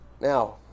Now